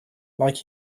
like